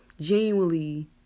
genuinely